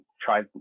try